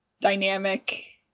dynamic